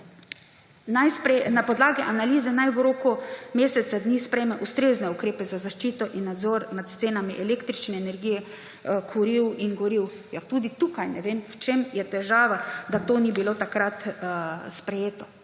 na podlagi analize naj v roku meseca dni sprejme ustrezne ukrepe za zaščito in nadzor nad cenami električne energije, kuriv in goriv. Tudi tukaj ne vem, v čem je težava, da to ni bilo takrat sprejeto.